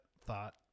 thought